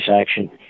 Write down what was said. action